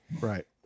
Right